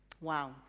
Wow